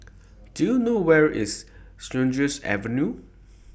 Do YOU know Where IS Sheares Avenue